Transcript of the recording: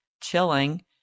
chilling